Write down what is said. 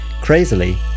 Crazily